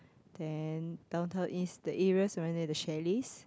then Downtown-East the areas around there the chalets